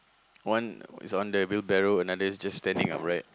one is on the wheelbarrel another is just standing up right